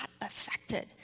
affected